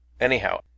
Anyhow